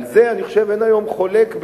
אני חושב שאין היום חולק,